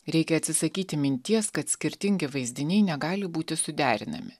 reikia atsisakyti minties kad skirtingi vaizdiniai negali būti suderinami